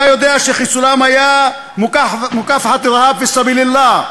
אתה יודע שחיסולם היה (אומר בערבית ומתרגם:)